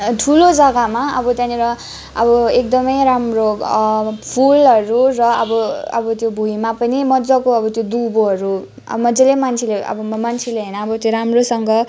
ठुलो जग्गामा अब त्यहाँनिर अब एकदमै राम्रो फुलहरू र अब त्यो भुइँमा पनि मज्जाको त्यो दुबोहरू मजाले मान्छेले अब मान्छेले होइन त्यो राम्रोसँग